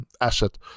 asset